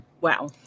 wow